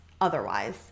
otherwise